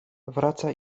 wraca